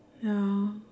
ya